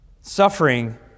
Suffering